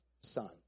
son